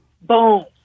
Boom